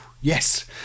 yes